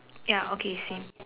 ya okay same